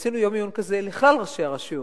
עשינו יום עיון כזה לכלל ראשי הרשויות.